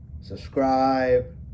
subscribe